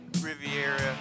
Riviera